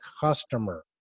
customer